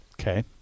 Okay